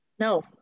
No